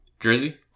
Drizzy